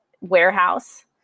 warehouse